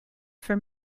for